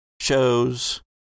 shows